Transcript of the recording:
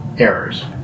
Errors